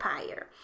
Empire